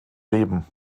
leben